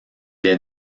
est